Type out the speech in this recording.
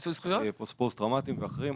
פוסט טראומטיים ואחרים,